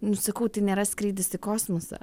nu sakau tai nėra skrydis į kosmosą